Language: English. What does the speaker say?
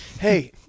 Hey